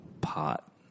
pot